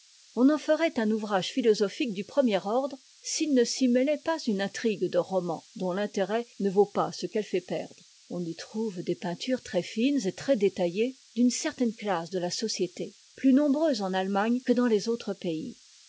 on en ferait un ouvrage philosophique du premier ordre s'il ne s'y mêlait pas une intrigue de roman dont l'intérêt ne vaut pas ce qu'elle fait perdre on y trouve des peintures très fines et très détaillées d'une certaine classe de la société plus nombreuse en allemagne que dans les autres pays